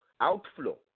outflow